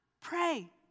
pray